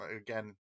again